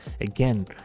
again